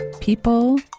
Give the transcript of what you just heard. people